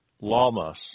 Lamas